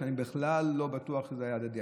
כשאני בכלל לא בטוח שזה היה הדדי,